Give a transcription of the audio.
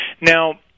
Now